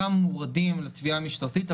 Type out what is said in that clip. חלקם מורדים לתביעה המשטרתית,